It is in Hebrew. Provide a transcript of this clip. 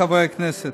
חברי הכנסת,